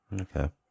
Okay